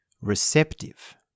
receptive